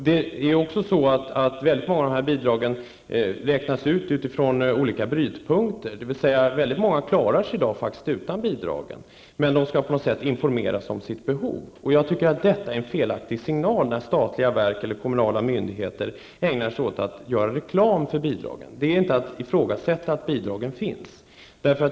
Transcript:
Många av bidragen räknas ut med utgångspunkt i olika brytpunkter, dvs. många klarar sig i dag utan bidrag, men de skall ändå informeras om sitt behov. Jag tycker att det är en felaktig signal när statliga verk eller kommunala myndigheter ägnar sig åt att göra reklam för bidrag. Det är inte att ifrågasätta att bidragen finns.